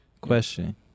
Question